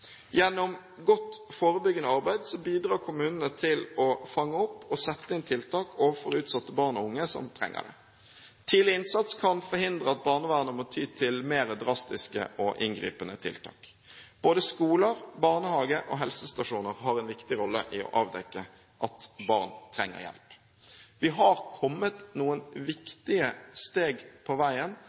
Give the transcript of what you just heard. Gjennom godt forebyggende arbeid bidrar kommunene til å fange opp og sette inn tiltak overfor utsatte barn og unge som trenger det. Tidlig innsats kan forhindre at barnevernet må ty til mer drastiske og inngripende tiltak. Både skoler, barnehager og helsestasjoner har en viktig rolle i å avdekke at barn trenger hjelp. Vi har kommet noen viktige steg på veien